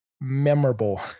memorable